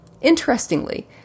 Interestingly